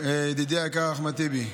ידידי היקר אחמד טיבי,